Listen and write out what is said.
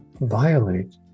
violate